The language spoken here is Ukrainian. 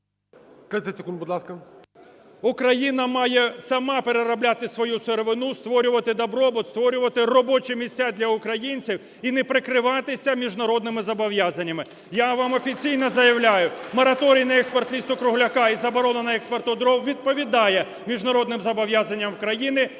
Україна має сама переробляти свою сировину, створювати добробут, створювати робочі місця для українців і не прикриватися міжнародними зобов'язаннями. Я вам офіційно заявляю: мораторій на експорт лісу-кругляка і заборону на експорт дров відповідає міжнародним зобов'язанням країни